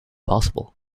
possible